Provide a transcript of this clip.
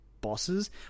bosses